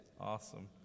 awesome